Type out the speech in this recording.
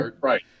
right